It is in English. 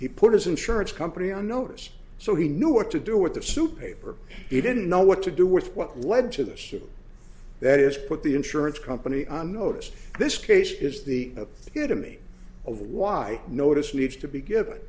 he put his insurance company on notice so he knew what to do with the soup paper he didn't know what to do with what led to the ship that is put the insurance company on notice this case is the a good to me of why notice needs to be given